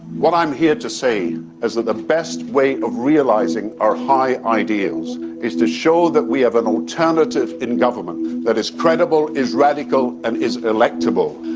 what i'm here to say is that the best way of realising our high ideals is to show that we have an alternative in government that is credible, is radical and is electable,